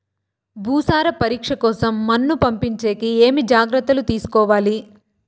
భూసార పరీక్ష కోసం మన్ను పంపించేకి ఏమి జాగ్రత్తలు తీసుకోవాలి?